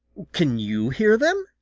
can you hear them?